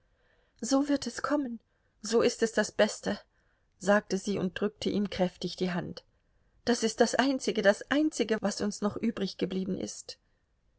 so wird es kommen so ist es das beste sagte sie und drückte ihm kräftig die hand das ist das einzige das einzige was uns noch übriggeblieben ist